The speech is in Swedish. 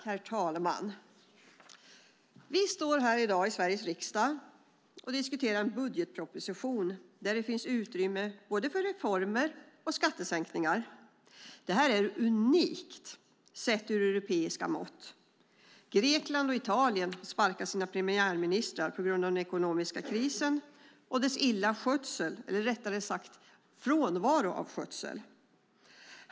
Herr talman! Vi står här i dag i Sveriges riksdag och diskuterar en budgetproposition där det finns utrymme både för reformer och för skattesänkningar. Detta är unikt i ett europeiskt perspektiv. Grekland och Italien sparkar sina premiärministrar på grund av den ekonomiska krisen och den dåliga skötseln av ekonomin, eller rättare sagt frånvaron av skötsel.